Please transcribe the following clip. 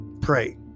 Pray